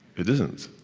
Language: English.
it isn't.